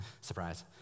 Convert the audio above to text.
surprise